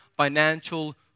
financial